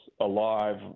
alive